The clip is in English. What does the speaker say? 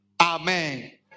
Amen